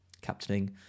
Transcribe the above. captaining